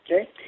okay